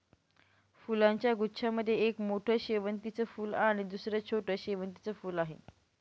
फुलांच्या गुच्छा मध्ये एक मोठं शेवंतीचं फूल आणि दुसर छोटं शेवंतीचं फुल आहे